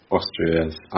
Austria's